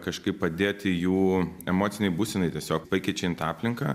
kažkaip padėti jų emocinei būsenai tiesiog pakeičiant aplinką